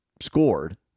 scored